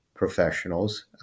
Professionals